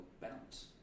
balance